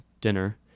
dinner